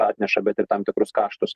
atneša bet ir tam tikrus kaštus